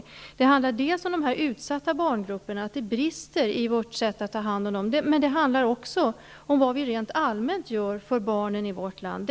Rapporten handlar dels om brister i vårt sätt att ta hand om de utsatta barngrupperna, dels om vad vi rent allmänt gör för barnen i vårt land.